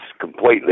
completely